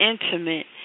intimate